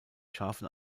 scharfen